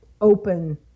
open